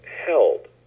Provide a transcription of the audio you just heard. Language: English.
held